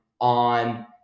on